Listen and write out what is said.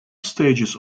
stages